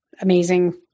amazing